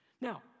Now